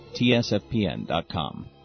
TSFPN.com